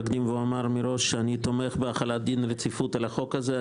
אני אקדים ואומר מראש שאני תומך בהחלת דין רציפות על החוק הזה.